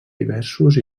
diversos